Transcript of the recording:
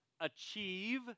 achieve